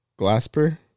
Glasper